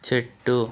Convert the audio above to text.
చెట్టు